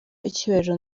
icyubahiro